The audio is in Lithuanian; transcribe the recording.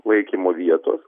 laikymo vietos